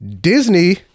Disney